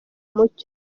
mucyo